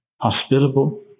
hospitable